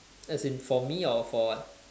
as in for me or for what